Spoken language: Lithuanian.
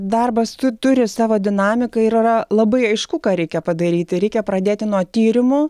darbas tu turi savo dinamiką ir yra labai aišku ką reikia padaryti reikia pradėti nuo tyrimų